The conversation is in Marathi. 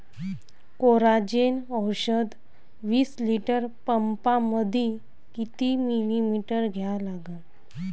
कोराजेन औषध विस लिटर पंपामंदी किती मिलीमिटर घ्या लागन?